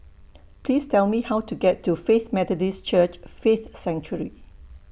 Please Tell Me How to get to Faith Methodist Church Faith Sanctuary